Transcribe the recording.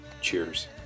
Cheers